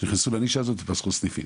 נכנסו לנישה הזאת ופתחו סניפים.